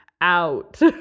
out